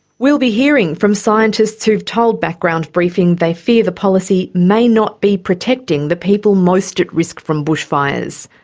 we'll be hearing from scientists who've told background briefing they fear the policy may not be protecting the people most at risk from bushfires,